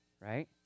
Right